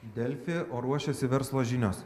delfi o ruošiasi verslo žinios